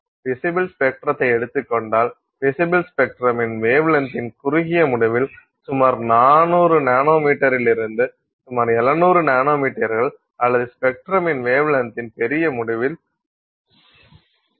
visible ஸ்பெக்ட்ரத்தை எடுத்துக் கொண்டால் விசிபில் ஸ்பெக்ட்ரமின் வேவ்லென்த்தின் குறுகிய முடிவில் சுமார் 400 நானோமீட்டரிலிருந்து சுமார் 700 நானோமீட்டர்கள் அல்லது ஸ்பெக்ட்ரமின் வேவ்லென்த்தின் பெரிய முடிவில் 0